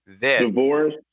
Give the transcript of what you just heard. Divorce